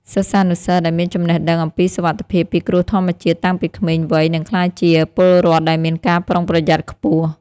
សិស្សានុសិស្សដែលមានចំណេះដឹងអំពីសុវត្ថិភាពពីគ្រោះធម្មជាតិតាំងពីក្មេងវ័យនឹងក្លាយជាពលរដ្ឋដែលមានការប្រុងប្រយ័ត្នខ្ពស់។